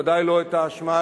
ודאי לא את האשמה,